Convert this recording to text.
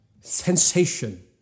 sensation